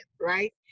right